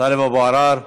טלב אבו עראר.